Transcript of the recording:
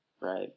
Right